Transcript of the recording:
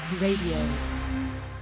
Radio